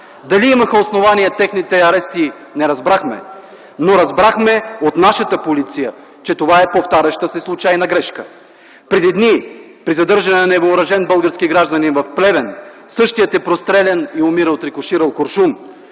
Дали имаха основание техните арести, не разбрахме, но разбрахме от нашата полиция, че това е повтаряща се случайна грешка. Преди дни при задържане на невъоръжен български гражданин в Плевен, същият е прострелян и умира от рикоширал куршум.